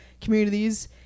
communities